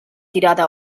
tirada